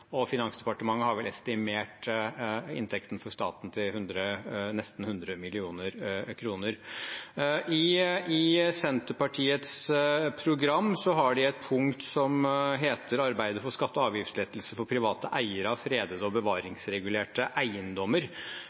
Finansdepartementet har vel estimert inntekten for staten til å være nesten 100 mill. kr. I Senterpartiets program er det et punkt hvor det står: «Senterpartiet vil: Arbeide for skatte- og avgiftslettelser for private eiere av fredede og bevaringsregulerte eiendommer.»